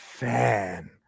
fan